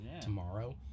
tomorrow